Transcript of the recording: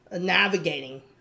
navigating